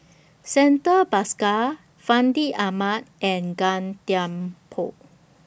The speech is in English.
Santha Bhaskar Fandi Ahmad and Gan Thiam Poh